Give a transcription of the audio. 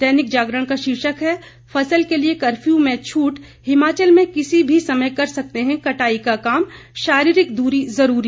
दैनिक जागरण का शीर्षक है फसल के लिए कफ्र्यू में छूट हिमाचल में किसी भी समय कर सकते हैं कटाई का काम शारीरिक दूरी जरूरी